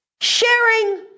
Sharing